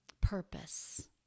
purpose